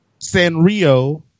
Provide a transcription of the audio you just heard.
Sanrio